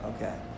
Okay